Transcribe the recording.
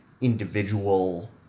individual